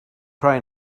try